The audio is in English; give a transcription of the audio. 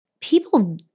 People